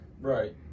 right